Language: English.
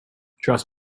trust